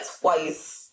twice